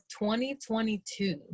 2022